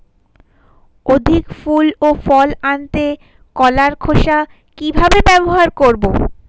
অধিক ফুল ও ফল আনতে কলার খোসা কিভাবে ব্যবহার করব?